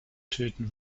töten